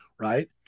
right